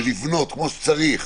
ולבנות כמו שצריך,